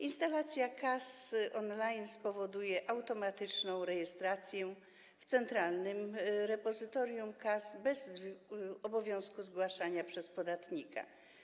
Instalacja kas on-line spowoduje automatyczną rejestrację w Centralnym Repozytorium Kas bez obowiązku zgłaszania przez podatnika.